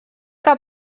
que